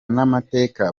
n’amateka